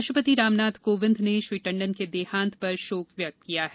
राष्ट्रपति रामनाथ कोविंद ने श्री टंडन के देहांत पर शोक व्यक्त किया है